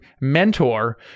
mentor